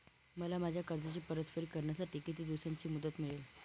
मला माझ्या कर्जाची परतफेड करण्यासाठी किती दिवसांची मुदत मिळेल?